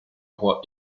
roi